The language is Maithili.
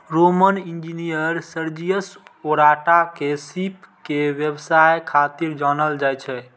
रोमन इंजीनियर सर्जियस ओराटा के सीप के व्यवसाय खातिर जानल जाइ छै